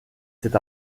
c’est